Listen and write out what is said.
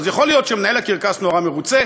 אז יכול להיות שמנהל הקרקס נורא מרוצה,